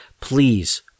please